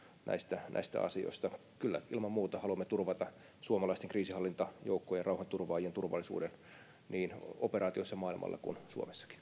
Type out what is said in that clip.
näistä näistä asioista kyllä ilman muuta haluamme turvata suomalaisten kriisinhallintajoukkojen rauhanturvaajien turvallisuuden niin operaatioissa maailmalla kuin suomessakin